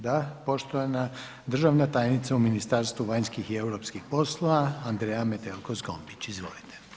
Da, poštovana državna tajnica u Ministarstvu vanjskih i europskih poslova Andreja Metelko Zgombić, izvolite.